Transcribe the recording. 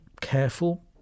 careful